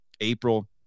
April